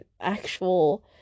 actual